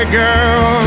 girl